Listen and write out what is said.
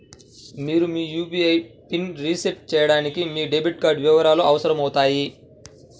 మీరు మీ యూ.పీ.ఐ పిన్ని రీసెట్ చేయడానికి మీకు డెబిట్ కార్డ్ వివరాలు అవసరమవుతాయి